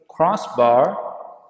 crossbar